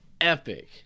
Epic